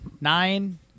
nine